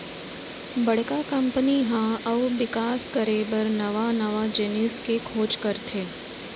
बड़का कंपनी ह अउ बिकास करे बर नवा नवा जिनिस के खोज करथे